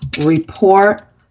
report